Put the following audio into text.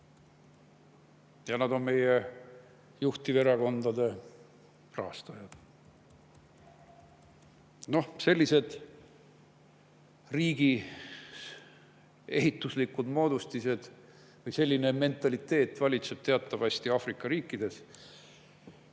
Ja nad on meie juhtiverakondade rahastajad. Sellised riigiehituslikud moodustised või selline mentaliteet valitseb teatavasti Aafrika riikides,